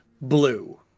blue